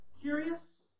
curious